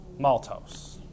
maltose